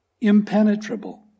impenetrable